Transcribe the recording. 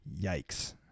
yikes